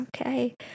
Okay